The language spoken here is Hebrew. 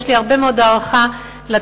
יש לי הרבה מאוד הערכה לתרבות,